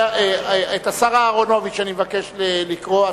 את השר אהרונוביץ אני מבקש לקרוא,